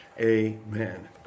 amen